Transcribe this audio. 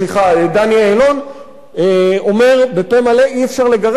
דני אילון אומר בפה מלא: אי-אפשר לגרש אותם,